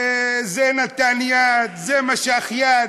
זה נתן יד, זה משך יד,